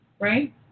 right